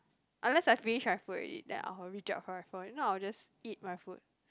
unless I finish my food already then I will reach out for my phone if not I'll just eat my food